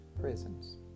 prisons